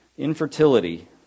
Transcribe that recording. Infertility